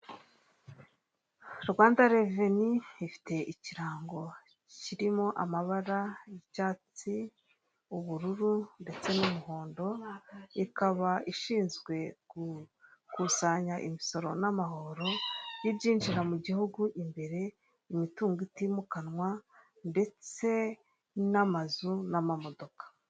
Rwanda reveni ifite ikirango kirimo amabara y'icyatsi, ubururu ndetse n'umuhondo. Ikaba ishinzwe gukusanya imisoro n'amahoro y'ibyinjira mu gihugu ibere, imitungo itimukanwa ndetse n'amazu n'amamodoka.